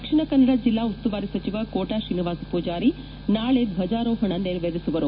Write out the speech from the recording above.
ದಕ್ಷಿಣ ಕನ್ನಡ ಜಿಲ್ಲಾ ಉಸ್ತುವಾರಿ ಸಚಿವ ಕೋಟಾ ಶ್ರೀನಿವಾಸ ಪೂಜಾರಿ ನಾಳೆ ಧ್ವಜಾರೋಹಣ ನೆರವೇರಿಸುವರು